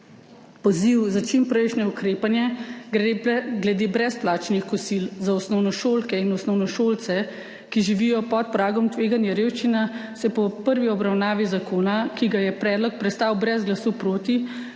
Poziv za čimprejšnje ukrepanje glede brezplačnih kosil za osnovnošolke in osnovnošolce, ki živijo pod pragom tveganja revščine, so po prvi obravnavi zakona, ki ga je predlog prestal brez glasu proti,